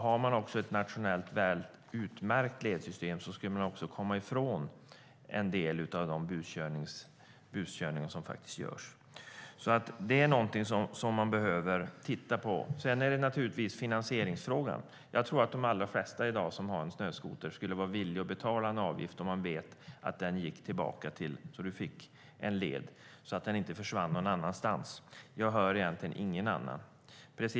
Har man ett nationellt väl utmärkt ledsystem skulle man också komma ifrån en del av den buskörning som finns. Det är något man behöver titta på. Sedan är det finansieringsfrågan. Jag tror att de flesta som har snöskoter i dag skulle vara villiga att betala en avgift som de får tillbaka i form av en led, men pengarna ska inte försvinna i väg någon annanstans. Jag har inte hört något annat.